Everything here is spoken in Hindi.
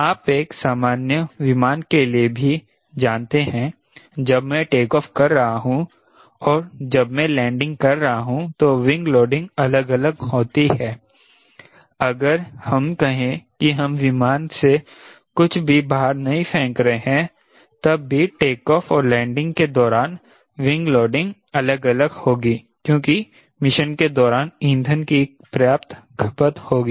आप एक सामान्य विमान के लिए भी जानते हैं जब मैं टेक ऑफ कर रहा हूं और जब मैं लैंडिंग कर रहा हूं तो विंग लोडिंग अलग अलग होती हैं अगर हम कहे कि हम विमान से कुछ भी बाहर नहीं फेंक रहे हैं तब भी टेकऑफ़ और लैंडिंग के दौरान विंग लोडिंग अलग अलग होगी क्योंकि मिशन के दौरान ईंधन की पर्याप्त खपत होगी